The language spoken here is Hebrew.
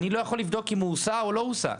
ואני לא יכול לבדוק אם הוא הוסע או לא הוסע.